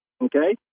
Okay